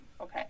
okay